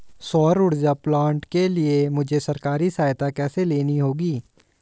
सौर ऊर्जा प्लांट के लिए मुझे सरकारी सहायता कैसे लेनी होगी?